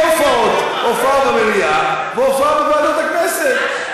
הופעות: הופעה במליאה והופעה בוועדת הכנסת.